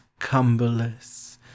cumberless